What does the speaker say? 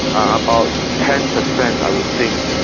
about ten percent i would think,